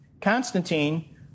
Constantine